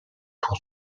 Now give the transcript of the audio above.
pour